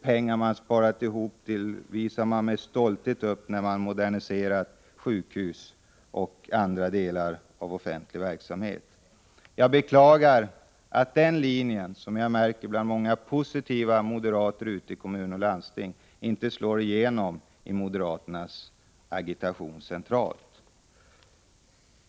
Detsamma gäller pengar, som används till att modernisera sjukhus och andra byggnader inom den offentliga verksamheten. Jag beklagar att den linje som jag möter bland moderater i kommuner och landsting inte slår igenom i moderaternas agitation centralt.